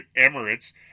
Emirates